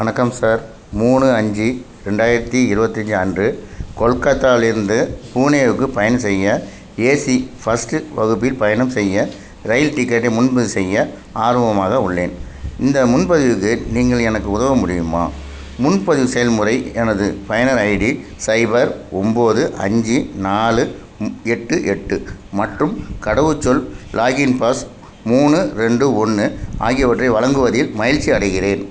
வணக்கம் சார் மூணு அஞ்சு ரெண்டாயிரத்து இருவத்தஞ்சு அன்று கொல்கத்தாவிலிருந்து புனேவுக்கு பயணம் செய்ய ஏசி ஃபர்ஸ்ட் வகுப்பில் பயணம் செய்ய ரயில் டிக்கெட்டை முன்பதிவு செய்ய ஆர்வமாக உள்ளேன் இந்த முன்பதிவுக்கு நீங்கள் எனக்கு உதவ முடியுமா முன்பதிவு செயல்முறைக்கு எனது பயனர் ஐடி சைபர் ஒம்பது அஞ்சு நாலு மு எட்டு எட்டு மற்றும் கடவுச்சொல் லாகின் பாஸ் மூணு ரெண்டு ஒன்று ஆகியவற்றை வழங்குவதில் மகிழ்ச்சி அடைகிறேன்